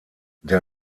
der